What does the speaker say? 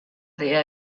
dea